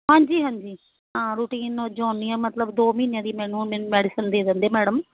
ਹਾਂਜੀ ਹਾਂਜੀ ਹਾਂ ਰੂਟੀਨ ਵੱਜੋਂ ਆਉਂਦੀ ਹਾਂ ਮਤਲਬ ਦੋ ਮਹੀਨਿਆਂ ਦੀ ਮੈਨੂੰ ਮੈਡੀਸਨ ਦੇ ਦਿੰਦੇ ਮੈਡਮ